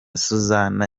suzanne